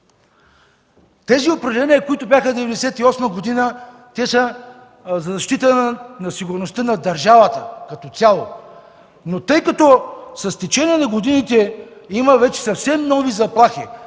Определенията, които бяха през 1998 г., са за защита на сигурността на държавата като цяло. Тъй като с течение на годините има вече съвсем нови заплахи,